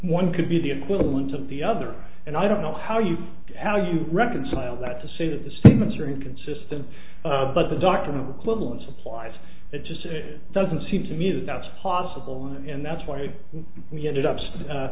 one could be the equivalent of the other and i don't know how you how you reconcile that to say that the statements are inconsistent but the dr mcluhan supplies it just doesn't seem to me that that's possible and that's why we ended up